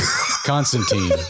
Constantine